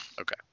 Okay